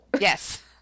Yes